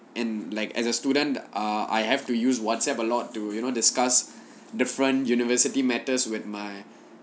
in like as a student uh I have to use whatsapp a lot to you know discuss different university matters with my